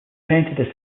painted